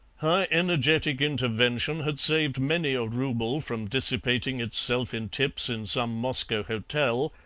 her energetic intervention had saved many a rouble from dissipating itself in tips in some moscow hotel,